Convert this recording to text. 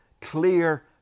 clear